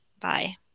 Bye